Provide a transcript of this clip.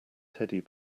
teddy